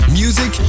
music